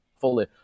fully